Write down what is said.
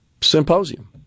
Symposium